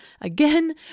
again